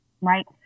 Right